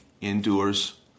endures